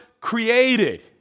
created